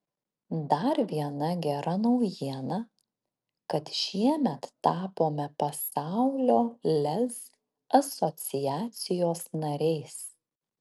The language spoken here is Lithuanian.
dar viena gera naujiena kad šiemet tapome pasaulio lez asociacijos nariais